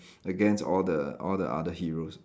against all the all the other heroes